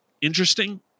interesting